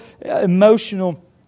emotional